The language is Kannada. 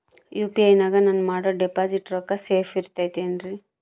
ಯು.ಪಿ.ಐ ನಾಗ ನಾನು ಮಾಡೋ ಡಿಪಾಸಿಟ್ ರೊಕ್ಕ ಸೇಫ್ ಇರುತೈತೇನ್ರಿ?